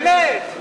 באמת.